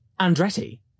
Andretti